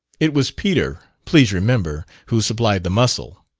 it was peter, please remember, who supplied the muscle.